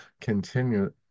continue